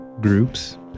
groups